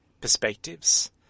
perspectives